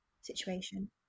situation